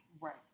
Right